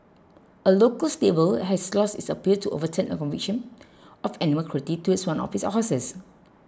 a local stable has lost its appeal to overturn a conviction of animal cruelty towards one of its horses